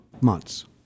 months